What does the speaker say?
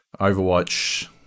overwatch